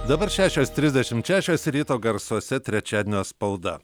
dabar šešios trisdešimt šešios ryto garsuose trečiadienio spauda